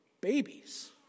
Babies